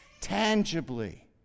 Tangibly